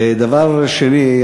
דבר שני,